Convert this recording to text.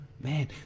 Man